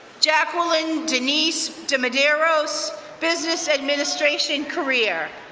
jacquelyn denise de madeiros, business administration career.